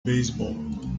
beisebol